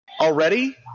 Already